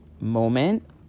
moment